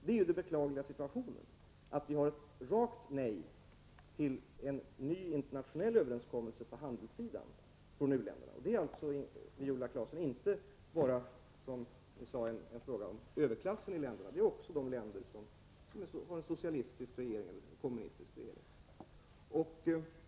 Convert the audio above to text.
Det är det beklagliga i situationen att vi har ett rakt nej till en ny internationell överenskommelse på handelssidan från u-länderna. Det är, Viola Claesson, inte bara fråga om överklassen i länderna, utan det gäller också de länder som har socialistisk eller kommunistisk regering.